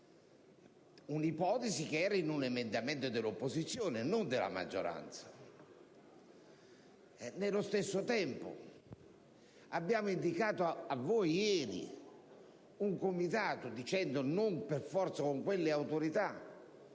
un'ipotesi contemplata da un emendamento dell'opposizione, non della maggioranza. Nello stesso tempo, abbiamo indicato a voi, ieri, un comitato, che, anche se non per forza con quelle Autorità,